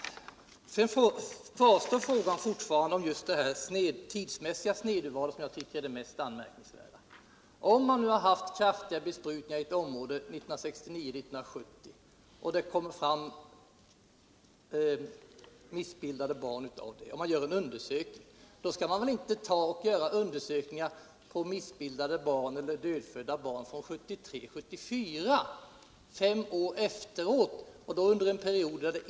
Frågan om det tidsmässiga snedurvalet — vilket jag anser vara det mest anmärkningsvärda — kvarstår fortfarande. Om man nu gjort kraftiga besprutningar i ett område under åren 1969-1970, och de inte medfört några missbildningar och man gör en undersökning, då skall man inte undersöka missbildade eller dödfödda barn från perioden 1973-1974 - dvs. fem år efteråt.